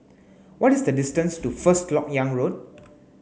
what is the distance to First Lok Yang Road